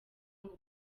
ngo